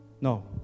no